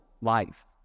life